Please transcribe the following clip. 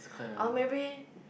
or maybe